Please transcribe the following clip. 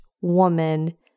woman